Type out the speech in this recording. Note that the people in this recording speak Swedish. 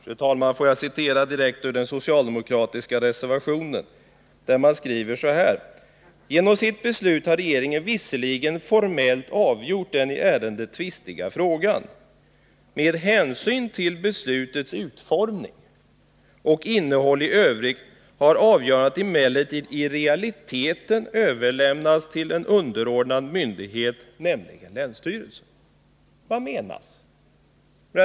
Fru talman! Får jag citera direkt ur den socialdemokratiska reservationen, där man skriver så här: ”Genom sitt beslut har regeringen visserligen formellt avgjort den i ärendet tvistiga frågan. Med hänsyn till beslutets utformning och innehåll i övrigt har avgörandet emellertid i realiteten överlämnats till en underordnad myndighet, nämligen länsstyrelsen.” Vad menas?